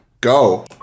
go